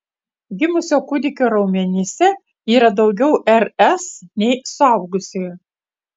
gimusio kūdikio raumenyse yra daugiau rs nei suaugusiojo